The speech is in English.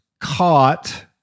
caught